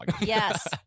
Yes